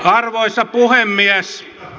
arvoisa puhemies